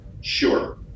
Sure